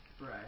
Right